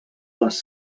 les